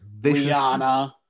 Rihanna